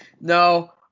No